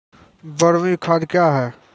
बरमी खाद कया हैं?